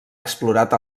explorat